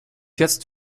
jetzt